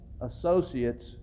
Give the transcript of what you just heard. associates